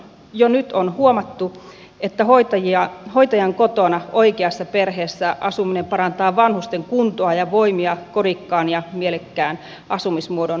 jo nyt on huomattu että hoitajan kotona oikeassa perheessä asuminen parantaa vanhusten kuntoa ja voimia kodikkaan ja mielekkään asumismuodon vuoksi